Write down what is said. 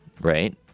right